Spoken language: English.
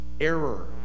error